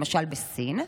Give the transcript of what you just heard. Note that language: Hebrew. למשל בסין,